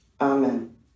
Amen